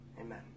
Amen